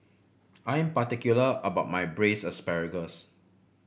I am particular about my Braised Asparagus